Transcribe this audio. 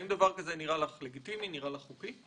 האם דבר כזה נראה לך לגיטימי, נראה לך חוקי?